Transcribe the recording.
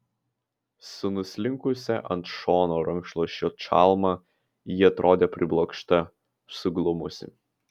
su nuslinkusia ant šono rankšluosčio čalma ji atrodė priblokšta suglumusi